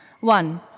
One